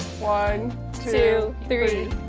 one two three